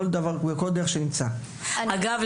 אגב,